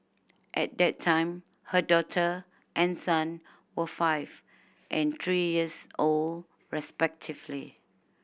at that time her daughter and son were five and three years old respectively